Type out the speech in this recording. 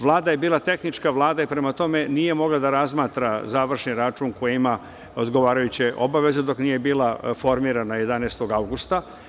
Vlada je bila tehnička vlada, prema tome, nije mogla da razmatra završni račun koji ima odgovarajuće obaveze dok nije bila formirana 11. avgusta.